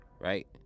Right